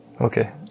Okay